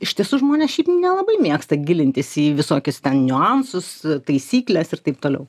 iš tiesų žmonės šiaip nelabai mėgsta gilintis į visokius ten niuansus taisykles ir taip toliau